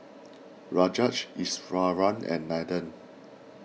Rajat Iswaran and Nathan